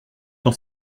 dans